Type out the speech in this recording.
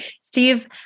Steve